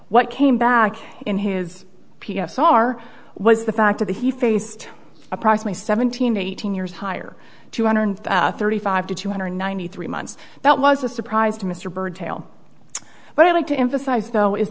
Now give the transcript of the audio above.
what came back in his p s r was the fact that he faced approximately seventeen eighteen years higher two hundred thirty five to two hundred ninety three months that was a surprise to mr byrd tale but i'd like to emphasize though is